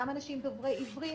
גם אנשים דוברי עברית,